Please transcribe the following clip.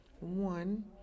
One